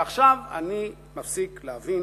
ועכשיו אני מפסיק להבין,